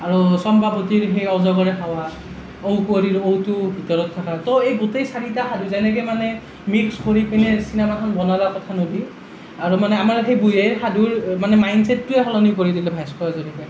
আৰু চম্পাৱতীৰ সেই অজগৰে খোৱা ঔ কুঁৱৰীৰ ঔটোৰ ভিতৰত থকা তো এই গোটেই চাৰিটা সাধু যেনেকৈ মানে মিক্স কৰি পিনে চিনেমাখন বনালে কথানদী আৰু মানে আমাৰ সেই বুঢ়ীআইৰ সাধুৰ মানে মাইণ্ডচেটটোৱে সলনি কৰি দিলে ভাস্কৰ হাজৰিকাই